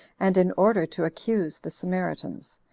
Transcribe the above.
and in order to accuse the samaritans.